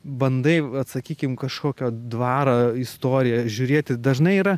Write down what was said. bandai vat sakykim kažkokio dvaro istoriją žiūrėti dažnai yra